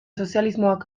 sozialismoak